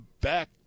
back